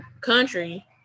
country